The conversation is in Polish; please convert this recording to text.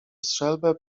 strzelbę